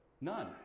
none